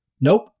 Nope